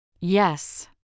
Yes